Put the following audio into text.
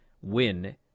win